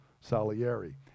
Salieri